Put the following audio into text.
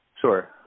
Sure